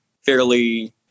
fairly